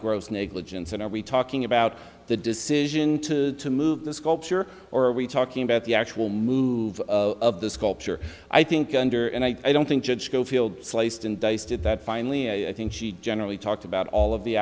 gross negligence and are we talking about the decision to move the sculpture or are we talking about the actual move of the sculpture i think under and i don't think judge scofield sliced and diced it that finally i think she generally talked about all of the